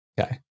Okay